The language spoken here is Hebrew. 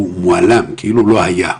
הוא הועלם כאילו לא היה.